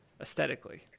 aesthetically